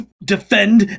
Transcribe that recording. defend